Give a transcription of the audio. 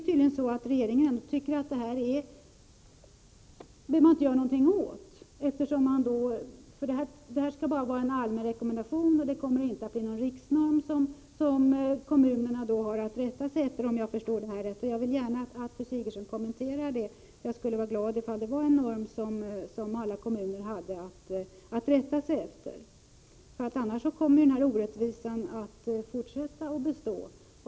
Tydligen tycker inte regeringen att den behöver göra någonting åt detta, eftersom socialstyrelsens norm bara skall vara en allmän rekommendation. Det kommer inte — om jag förstod saken rätt — att bli någon riksnorm som kommunerna har att rätta sig efter. Jag vill gärna att fru Sigurdsen kommenterar detta. Jag skulle bli glad om vi fick en norm som alla kommuner hade att rätta sig efter. Annars kommer orättvisorna att bestå.